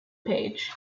page